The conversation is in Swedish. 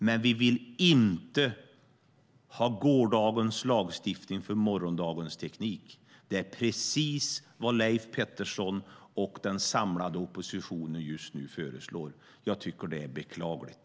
Men vi vill inte ha gårdagens lagstiftning för morgondagens teknik. Det är precis vad Leif Pettersson och den samlade oppositionen just nu föreslår. Jag tycker att det är beklagligt.